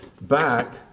back